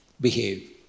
behave